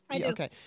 okay